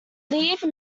leave